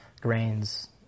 grains